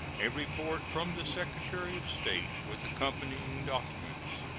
a report from the secretary of state, with accompanying documents.